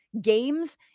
games